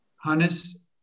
Hannes